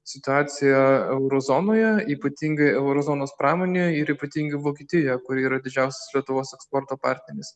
situacija euro zonoje ypatingai euro zonos pramonėje ir ypatingai vokietijoje kuri yra didžiausias lietuvos eksporto partneris